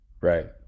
Right